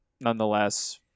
nonetheless